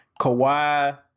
Kawhi